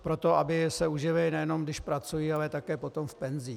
Pro to, aby se uživili, nejenom když pracují, ale také potom v penzích.